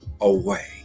away